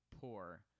poor